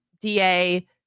DA